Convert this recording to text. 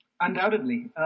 Undoubtedly